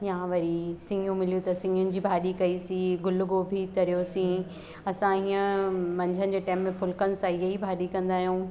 या वरी सिंगियूं मिलियूं त सिंगियू जी भाॼी कईसीं गुल गोभी तरियोसीं असां ईअं मंझदि जे टाइम फुलकनि सां इहेई भाॼी कंदा आहियूं